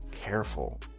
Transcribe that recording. careful